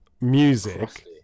music